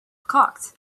cocked